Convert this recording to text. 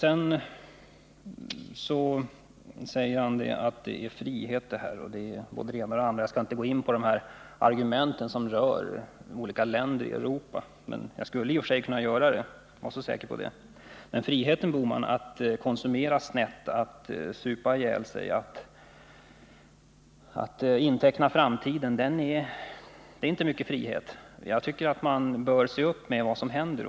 Gösta Bohman talade om frihet. Jag skall inte gå in på hans uttalanden om olika länder i Europa. Men jag skulle i och för sig kunna göra det — var så säker på det! Friheten att konsumera snett, att supa ihjäl sig, att inteckna framtiden — det är inte mycket till frihet! Jag tycker att man bör se upp med vad som händer.